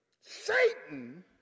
Satan